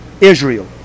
Israel